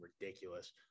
ridiculous